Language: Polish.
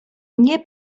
nie